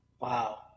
Wow